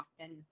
often